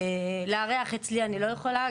לארח אצלי אני לא יכולה.